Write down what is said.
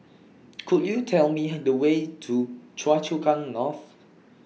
Could YOU Tell Me Her The Way to Choa Chu Kang North